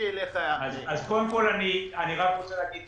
אני רק רוצה לומר